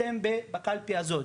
אתם בקלפי הזאת,